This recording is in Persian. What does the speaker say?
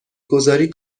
گذاری